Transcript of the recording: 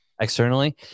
Externally